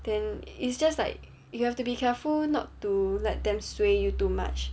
then it's just like you have to be careful not to let them sway you too much